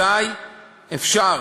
אזי אפשר,